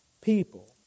people